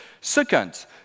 Second